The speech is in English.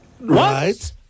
right